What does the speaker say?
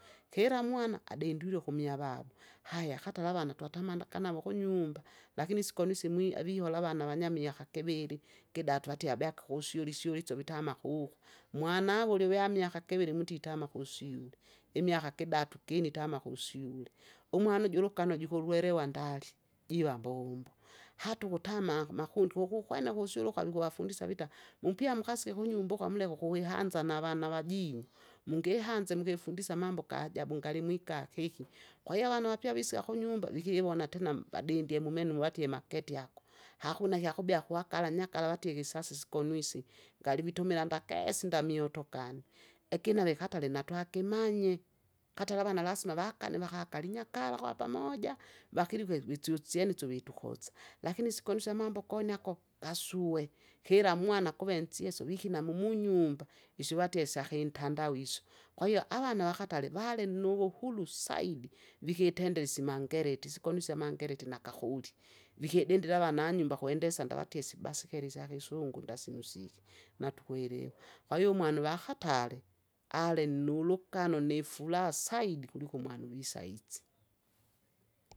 Kira mwana adendilwe ukumya vava, haya katara avana twatamandaka navo kunyumba, lakini isikonisi mwi avihola avana vanyamiaka kiviri, kidatu, atie abeaka kusule isyule isyo vitama kuku, mwanave ulive amiaka kiviri muti itama kusyule, imiaka kidatu kine itama kusyule. Umwana uju ulugano jukulwelewa ndali, jiwa mboumbo, hata ukutama makundi kukukwene kusyule uku avikuvafundisya vita, mupya mukasie kunyumba uko amulye kukuwihanza nava- navajinyu, mungihanza mukifundise amambo gajabu ngalimwika keki. Kwahiyo avana vapya visika kunyumba vikivona tena mbadindie mumenu muvatie maketi ako. Hakuna kyakubea kwakala nyakara latie ikisasi sikonuisi, ngalivitumila ndakesi ndamiotokani, lakini alikatare natwakimanye, katara avana lasima vakanye vakakalinyakala kwapamoja, vakilikwe visusyene isyo vitukosa. Lakini sikwenuse amambo goni ako, gasue, kila mwana kuve nsesi uvikina mumunyumba, usuvatie syakintandao isyo. Kwahiyo avana vakatale valinuvuhulu saidi, vikitendere isimangele, itsikonusa amangeleti nakakuli. Vikie dendila avana anyumba kwendesa andavatie sibasikeli syakisungu ndasinu siki natukwelewa, kwahiyo umwana uvakatale, alinulugano nifuraha saidi kuliko umwana uvusiizi.